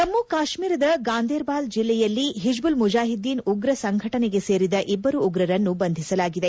ಜಮ್ಮ ಕಾಶ್ಮೀರದ ಗಾಂದೇರ್ಬಾಲ್ ಜಿಲ್ಲೆಯಲ್ಲಿ ಹಿಜ್ವಲ್ ಮುಜಾಹಿದ್ದೀನ್ ಉಗ್ರರ ಸಂಘಟನೆಗೆ ಸೇರಿದ ಇಬ್ಬರು ಉಗ್ರರನ್ನು ಬಂಧಿಸಲಾಗಿದೆ